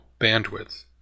bandwidth